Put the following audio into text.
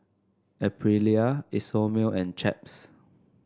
Aprilia Isomil and Chaps